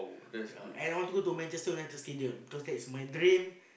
yea and I want to go to the Manchester-United-Stadium cause that is my